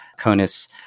CONUS